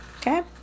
Okay